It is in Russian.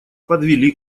подвели